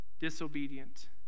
disobedient